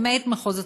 למעט מחוז הצפון.